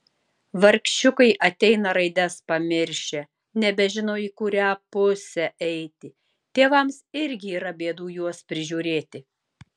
vargšiukai ateina raides pamiršę nebežino į kurią pusę eiti tėvams irgi yra bėdų juos prižiūrėti